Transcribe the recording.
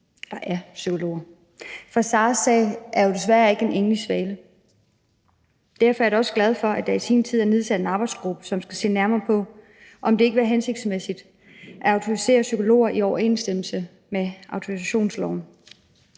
autorisation, for Saras sag er jo desværre ikke en enlig svale. Derfor er jeg også glad for, at der i sin tid blev nedsat en arbejdsgruppe, som skal se nærmere på, om det ikke ville være hensigtsmæssigt at autorisere psykologer i overensstemmelse med autorisationsloven.